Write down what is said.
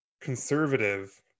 conservative